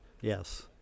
Yes